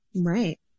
Right